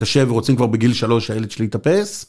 תשב ורוצים כבר בגיל שלוש הילד שלי יטפס.